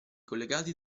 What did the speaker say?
collegati